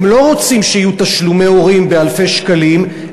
הם לא רוצים שיהיו תשלומי הורים באלפי שקלים,